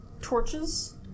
torches